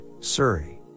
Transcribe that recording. Surrey